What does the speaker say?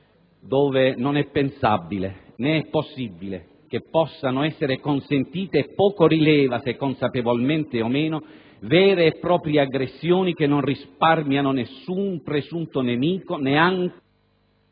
dove non è pensabile né possibile che possano essere consentite - e poco rileva se consapevolmente o meno - vere e proprie aggressioni che non risparmiano nessun presunto nemico, neanche